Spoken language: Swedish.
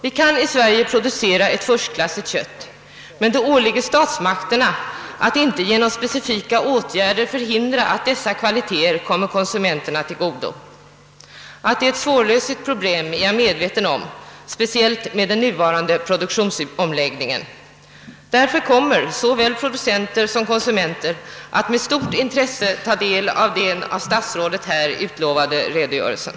Vi kan i Sverige producera ett förstklassigt kött, och det åligger statsmakterna att tillse att man inte genom specifika åtgärder förhindrar att dessa kvaliteter kommer konsumenterna till godo. Att det är ett svårlöst problem är jag medveten om, speciellt med den nuvarande produktionsomläggningen. Därför kommer såväl producenter som konsumenter att med stort intresse ta del av den av statsrådet utlovade redogörelsen.